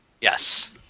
Yes